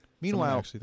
Meanwhile